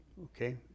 Okay